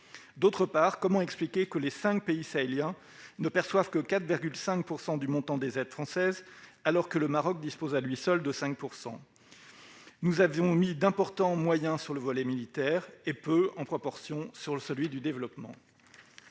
D'autre part, comment expliquer que les cinq pays sahéliens ne perçoivent que 4,5 % du montant des aides françaises, alors que le Maroc en dispose à lui seul de 5 %? Nous avons consacré d'importants moyens au volet militaire et peu, en proportion, à celui du développement.